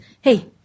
Hey